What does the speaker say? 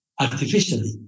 artificially